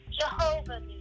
Jehovah